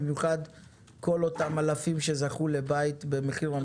במיוחד כל אותם אלפים שזכו לבית במחיר למשתכן.